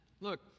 look